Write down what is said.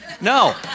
No